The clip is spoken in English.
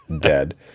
dead